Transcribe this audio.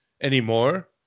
anymore